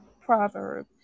proverb